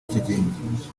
kigingi